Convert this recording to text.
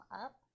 up